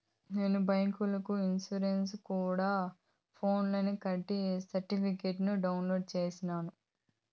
నేను బైకు ఇన్సూరెన్సుని గూడా ఫోన్స్ లోనే కట్టి సర్టిఫికేట్ ని డౌన్లోడు చేస్తిని